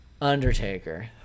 Undertaker